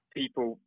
people